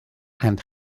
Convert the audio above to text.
and